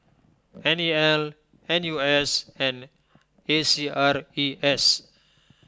N E L N U S and A C R E S